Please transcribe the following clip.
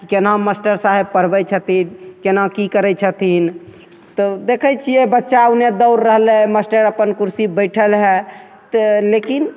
कोना मास्टर साहेब पढ़बै छथिन कोना कि करै छथिन तऽ देखै छिए बच्चा ओन्ने दौड़ रहलै मास्टर अपन कुरसीपर बैठल हइ तऽ लेकिन